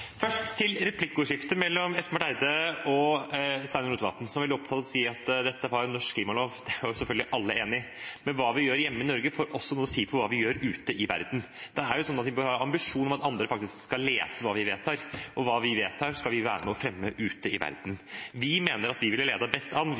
opptatt av å si at dette var en norsk klimalov. Det er selvfølgelig alle enig i, men hva vi gjør hjemme i Norge, får også noe å si for hva vi gjør ute i verden. Vi bør ha en ambisjon om at andre skal lese det vi vedtar, og det vi vedtar, skal vi være med og fremme ute i verden.